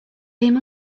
ddim